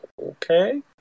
okay